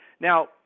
Now